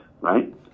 right